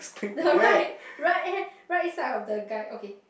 the right right hand right side of the guy okay